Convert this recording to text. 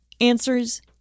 answers